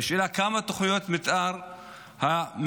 השאלה כמה תוכניות מתאר הממשלה